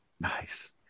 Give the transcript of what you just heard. nice